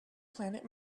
planet